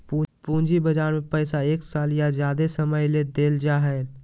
पूंजी बजार में पैसा एक साल या ज्यादे समय ले देल जाय हइ